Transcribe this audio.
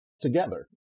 together